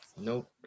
Nope